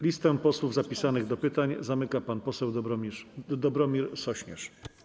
Listę posłów zapisanych do pytań zamyka pan poseł Dobromir Sośnierz.